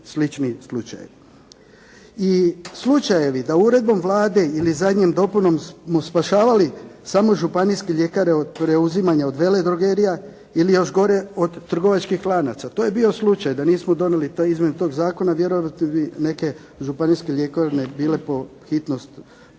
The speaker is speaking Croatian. slični slučajevi. I slučajevi da uredbom Vlade ili zadnjom dopunom smo spašavali samo županijske ljekare od preuzimanja od veledrogerija ili još gore od trgovačkih lanaca. To je bio slučaj da nismo donijeli izmjenu toga zakona, vjerojatno bi neke županijske ljekarne bile po hitnosti